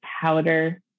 powder